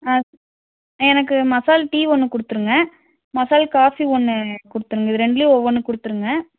ஆ எனக்கு மசாலா டீ ஒன்று கொடுத்துருங்க மசாலா காஃபி ஒன்று கொடுத்துருங்க இது ரெண்டுலேயும் ஒவ்வொன்று கொடுத்துருங்க